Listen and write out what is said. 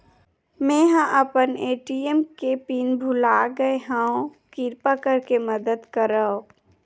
मेंहा अपन ए.टी.एम के पिन भुला गए हव, किरपा करके मदद करव